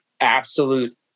absolute